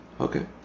Okay